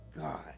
God